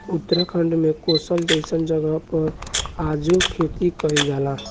उत्तराखंड में कसोल जइसन जगह पर आजो खेती कइल जाला